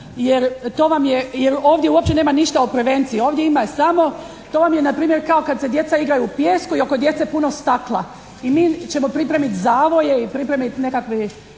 jer ovdje uopće nema ništa o prevenciji, ovdje ima samo, to vam je npr. kao kad se djeca igraju u pijesku i oko djece puno stakla. I mi ćemo pripremiti zavoje i pripremiti nekakve